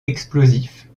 explosifs